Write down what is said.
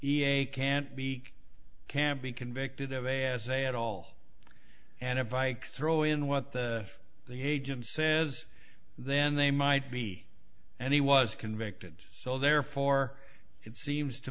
a can't be can't be convicted of a as a at all and if i throw in what the the agent says then they might be and he was convicted so therefore it seems to